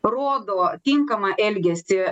rodo tinkamą elgesį